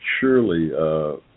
Surely